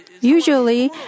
Usually